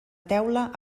teula